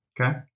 Okay